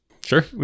Sure